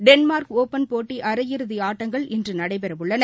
Denmark open போட்டி அரையிறுதி ஆட்டங்கள் இன்று நடைபெறவுள்ளன